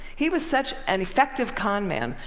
he was such an effective con man,